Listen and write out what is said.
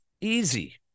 Easy